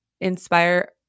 inspire